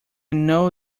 know